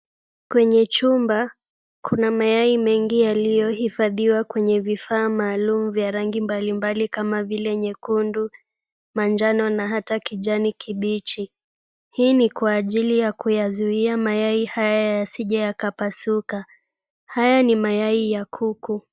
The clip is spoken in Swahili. Kwenye chumba kuna mayai mengi yaliyohifadhiwa kwenye vifaa maalum vya rangi mbalimbali kama vile nyekundu, manjano na hata kijani kibichi. Hii ni kwa ajili ya kuyazuia mayai haya yasije yakapasuka. Haya ni mayai ya kuku.